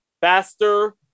Faster